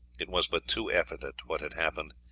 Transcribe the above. it was but too evident what had happened.